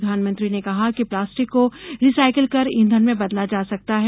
प्रधानमंत्री ने कहा कि प्लास्टिक को रिसाइकिल कर ईधन में बदला जा सकता है